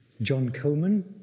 john coleman,